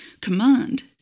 Command